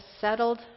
settled